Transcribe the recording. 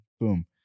Boom